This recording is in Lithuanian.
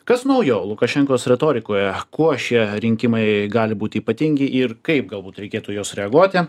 kas naujo lukašenkos retorikoje kuo šie rinkimai gali būti ypatingi ir kaip galbūt reikėtų juos reaguoti